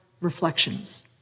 reflections